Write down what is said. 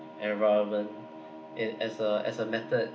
environment it as a as a method